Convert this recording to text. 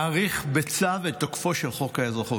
להאריך בצו את תוקפו של חוק האזרחות,